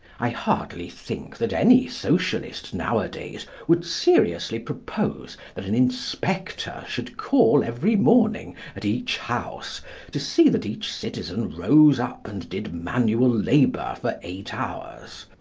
i hardly think that any socialist, nowadays, would seriously propose that an inspector should call every morning at each house to see that each citizen rose up and did manual labour for eight hours.